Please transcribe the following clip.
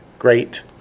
great